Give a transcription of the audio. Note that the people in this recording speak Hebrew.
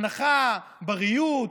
הנחה בריהוט.